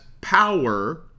power